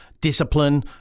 discipline